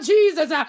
Jesus